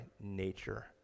nature